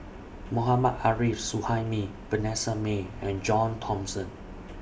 Mohammad Arif Suhaimi Vanessa Mae and John Thomson